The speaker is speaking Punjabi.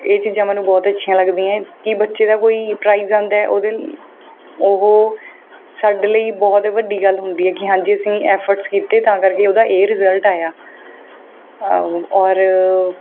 ਇਹ ਚੀਜ਼ਾਂ ਮੈਨੂੰ ਬਹੁਤ ਅੱਛੀਆਂ ਲੱਗਦੀਆਂ ਕਿ ਬੱਚੇ ਦਾ ਕੋਈ ਪ੍ਰਾਈਜ਼ ਆਉਂਦਾ ਉਹਦੇ ਉਹ ਸਾਡੇ ਲਈ ਬਹੁਤ ਵੱਡੀ ਗੱਲ ਹੁੰਦੀ ਹੈ ਕਿ ਹਾਂਜੀ ਅਸੀਂ ਐਫਰਟਸ ਕੀਤੇ ਤਾਂ ਕਰਕੇ ਉਹਦਾ ਇਹ ਰਿਜਲਟ ਆਇਆ ਔ ਔਰ